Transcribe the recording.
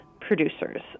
producers